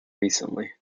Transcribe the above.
recently